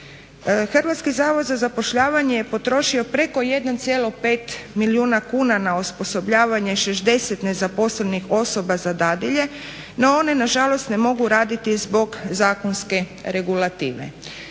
Hrvatski zavod za zapošljavanje je potrošio preko 1,5 milijuna kuna na osposobljavanje 60 nezaposlenih osoba za dadilje no one nažalost ne mogu raditi zbog zakonske regulative.